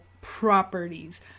properties